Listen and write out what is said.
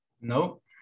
Nope